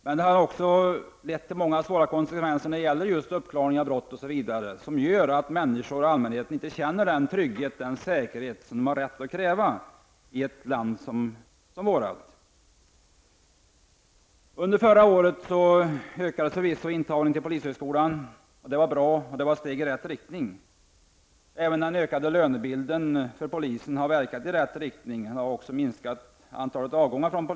Denna försummelse har fått konsekvenser när det gäller uppklarning av brott, som gör att människor i allmänhet inte känner den trygghet och säkerhet som de har rätt att kräva i ett land som vårt. Under förra året ökades förvisso intagningen till polishögskolan. Detta var bra och ett steg i rätt riktning. Även den förbättrade lönebilden för polisen har verkat i rätt riktning och även minskat antalet avgångar.